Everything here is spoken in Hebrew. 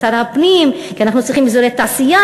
של שר הפנים כי אנחנו צריכים אזורי תעשייה